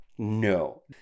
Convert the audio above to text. No